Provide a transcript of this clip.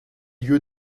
lieu